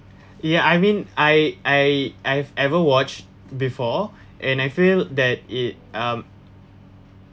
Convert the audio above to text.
ya I mean I I I've ever watched before and I feel that it um